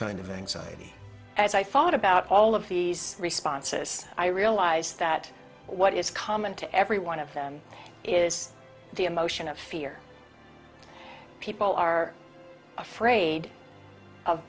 kind of anxiety as i thought about all of these responses i realize that what is common to every one of them is the emotion of fear people are afraid of